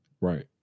Right